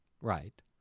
Right